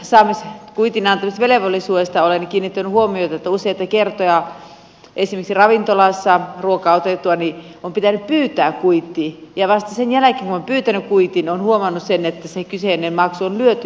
olen kiinnittänyt huomiota että useita kertoja esimerkiksi ravintolassa ruokaa otettuani on pitänyt pyytää kuitti ja vasta sen jälkeen kun on pyytänyt kuitin on huomannut sen että se kyseinen maksu on lyöty kassaan